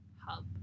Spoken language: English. hub